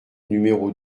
numéro